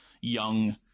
young